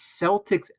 Celtics